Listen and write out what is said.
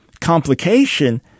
complication